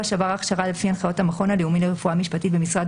שעבר הכשרה לפי הנחיות המכון הלאומי לרפואה משפטית במשרד